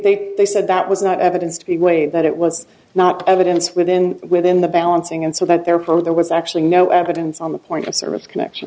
they they said that was not evidence to be a way that it was not evidence within within the balancing and so that therefore there was actually no evidence on the point of sort of connection